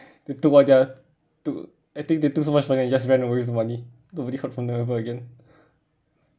the I think they took so much money and just ran away with the money nobody heard from them ever again